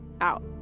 out